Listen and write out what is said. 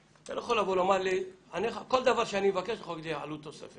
כל דבר שאני מבקש, אתה יכול להגיד לי עלות נוספת.